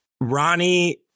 Ronnie